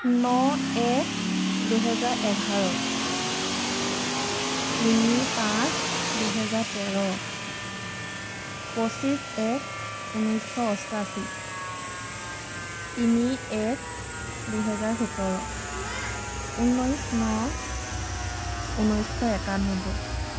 ন এক দুহেজাৰ এঘাৰ তিনি পাঁচ দুহেজাৰ তেৰ পঁচিছ এক ঊনৈছ শ অষ্টাশী তিনি এক দুহেজাৰ সোতৰ ঊনৈছ ন ঊনৈছ শ একানব্বৈ